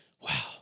wow